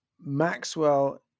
Maxwell